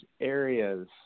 areas